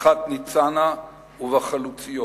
בפתחת ניצנה ובחלוציות.